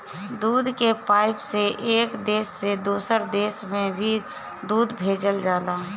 दूध के पाइप से एक देश से दोसर देश में भी दूध भेजल जाला